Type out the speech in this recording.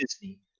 Disney